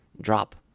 drop